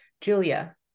Julia